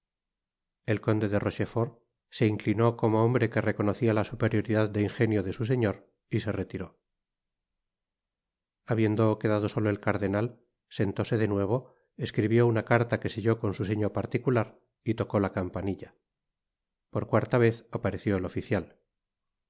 el conde de rochefort se inclinó como hombre que reconocia la superioridad de ingenio de su señor y se retiró habiendo quedado solo el cardenal sentóse de nuevo escribió una carta que selló con su sello particular y tocó la campanilla por cuarta vez apareció el oficial